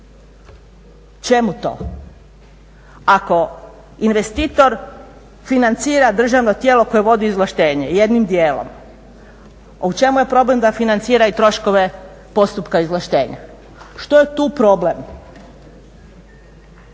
Čemu to? Ako investitor financira državno tijelo koje vodi izvlaštenje jednim dijelom, a u čemu je problem da financira i troškove postupka izvlaštenja? Što je tu problem?